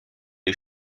les